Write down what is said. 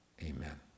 Amen